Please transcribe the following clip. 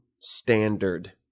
standard